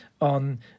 on